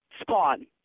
spawn